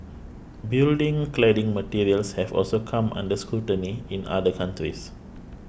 building cladding materials have also come under scrutiny in other countries